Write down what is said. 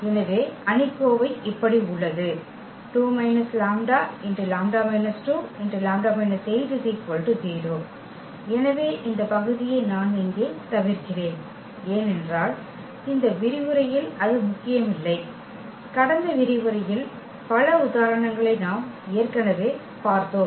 எனவே அணிக்கோவை இப்படி உள்ளது ⇒ 2 − λλ − 2λ − 8 0 எனவே இந்த பகுதியை நான் இங்கே தவிர்க்கிறேன் ஏனென்றால் இந்த விரிவுரையில் அது முக்கியமில்லை கடந்த விரிவுரையில் பல உதாரணங்களை நாம் ஏற்கனவே பார்த்தோம்